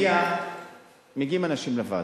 מגיעים אנשים לוועדות.